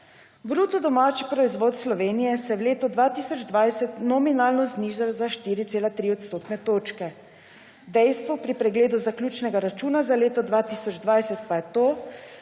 manj. BDP Slovenije se je v letu 2020 nominalno znižal za 4,3 odstotne točke. Dejstvo pri pregledu zaključnega računa za leto 2020 pa je,